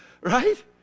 right